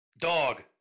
Dog